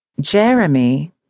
jeremy